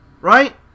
Right